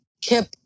Kip